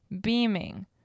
beaming